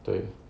对